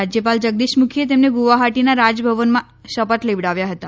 રાજયપાલ જગદીશ મુખીએ તેમને ગુવાહાટીના રાજભવનમાં શપથ લેવડાવ્યા હતા